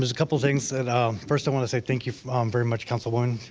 ah couple things. first, i want to say thank you um very much, councilwoman,